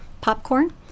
popcorn